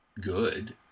good